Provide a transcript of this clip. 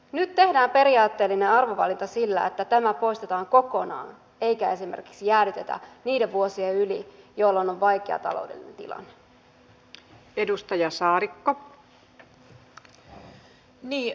nyt tehdään periaatteellinen arvovalinta sillä että tämä poistetaan kokonaan eikä esimerkiksi jäädytetä niiden vuosien yli jolloin on vaikea taloudellinen tilanne